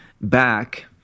back